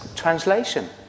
translation